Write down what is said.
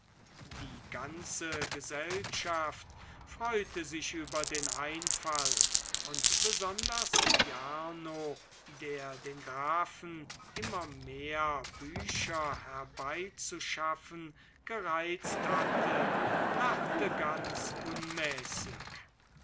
die ganze gesellschaft freute sich über den einfall und besonders jarno der den grafen immer mehr bücher herbeizuschaffen gereizt hatte lachte ganz unmäßig